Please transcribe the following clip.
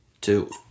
Two